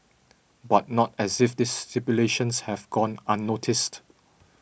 but not as if this stipulations have gone unnoticed